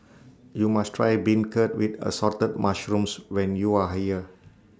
YOU must Try Beancurd with Assorted Mushrooms when YOU Are here